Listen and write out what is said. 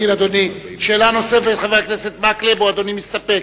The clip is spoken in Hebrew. שאלה נוספת, חבר הכנסת מקלב, או אדוני מסתפק?